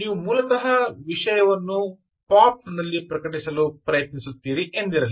ನೀವು ಮೂಲತಃ ವಿಷಯವನ್ನು ಪಾಪ್ ನಲ್ಲಿ ಪ್ರಕಟಿಸಲು ಬಯಸುತ್ತೀರಿ ಎಂದಿರಲಿ